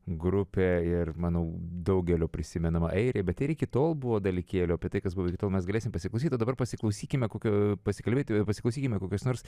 grupė ir manau daugelio prisimenama airija bet iki tol buvo dalykėlių apie tai kas buvo iki tol mes galėsim pasiklausyti o dabar pasiklausykime kokių pasikalbėti pasiklausykime kokios nors